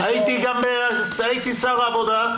הייתי שר העבודה,